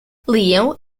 leo